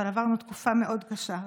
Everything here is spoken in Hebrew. אבל עברנו תקופה מאוד קשה.